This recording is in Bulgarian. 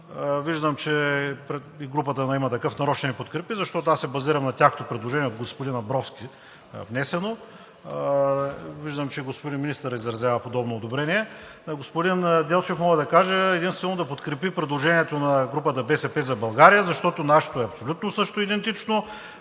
Виждам, че и групата на „Има такъв народ“ ще ни подкрепи, защото аз се базирам на тяхното предложение, внесено от господин Абровски. Виждам, че и господин министърът изразява подобно одобрение. На господин Делчев мога да кажа единствено да подкрепи предложението на групата „БСП за България“, защото нашето е абсолютно същото, идентично,